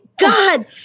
God